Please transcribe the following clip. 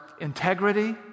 integrity